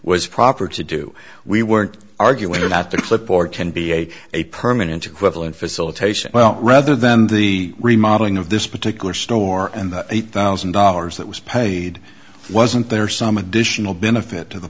was proper to do we weren't arguing about the clipboard can be a a permanent equivalent facilitation well rather than the remodelling of this particular store and the eight thousand dollars that was paid wasn't there some additional benefit to the